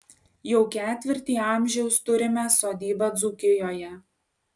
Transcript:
jau ketvirtį amžiaus turime sodybą dzūkijoje